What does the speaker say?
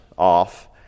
off